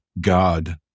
God